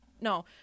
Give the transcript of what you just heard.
No